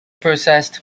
processed